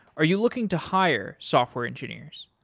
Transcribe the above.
are you looking to hire software engineers?